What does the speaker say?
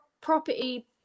property